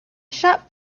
shop